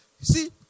See